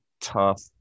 tough